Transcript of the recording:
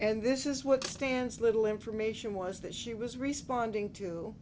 and this is what stance little information was that she was responding to